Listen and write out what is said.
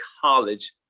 college